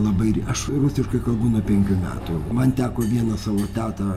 labai aš rusiškai kalbu nuo penkių metų man teko vieną savo tetą